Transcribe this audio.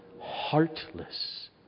heartless